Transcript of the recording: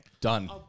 Done